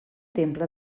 temple